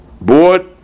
board